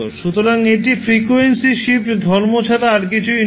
সুতরাং এটি frequency shift ধর্ম ছাড়া আর কিছুই নয়